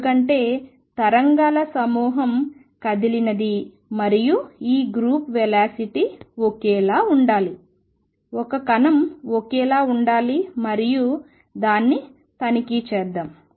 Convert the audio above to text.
ఎందుకంటే తరంగాల సమూహం కదిలినది మరియు ఈ గ్రూప్ వెలాసిటీ ఒకేలా ఉండాలి కణ వేగం ఒకేలా ఉండాలి మరియు దానిని తనిఖీ చేద్దాం